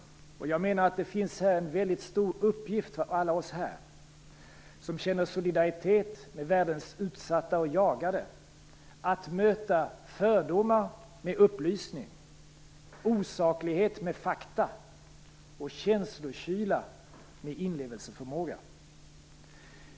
Jag menar att det här finns en väldigt stor uppgift för oss alla, som känner solidaritet med världens utsatta och jagade, att möta fördomar med upplysning, osaklighet med fakta och känslokyla med inlevelseförmåga.